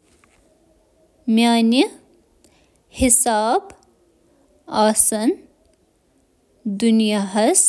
آز چھِ دُنیاہس